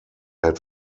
had